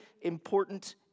important